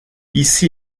ici